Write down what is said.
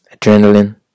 adrenaline